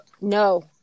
No